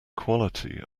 quality